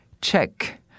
check